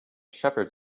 shepherds